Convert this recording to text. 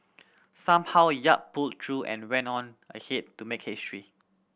somehow Yap pulled through and went on ahead to make it history